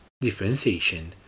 differentiation